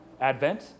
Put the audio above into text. Advent